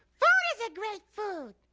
food is a great food.